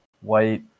white